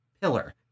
pillar